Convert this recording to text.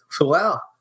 Wow